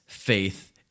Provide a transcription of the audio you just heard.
Faith